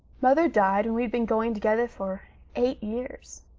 mother died when we'd been going together for eight years.